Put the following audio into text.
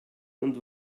und